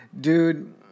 dude